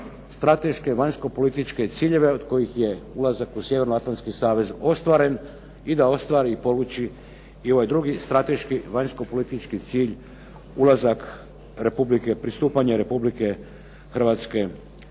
strateške, vanjskopolitičke ciljeve od kojih je ulazak u Sjevernoatlantski savez ostvaren i da ostvari i poluči i ovaj drugi strateški vanjskopolitički cilj ulazak Republike, pristupanje Republike Hrvatske